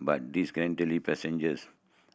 but disgruntled passengers